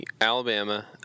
Alabama